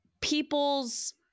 people's